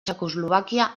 txecoslovàquia